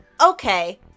Okay